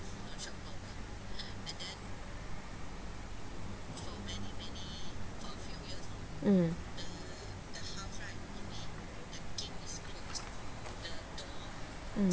mm mm